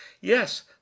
yes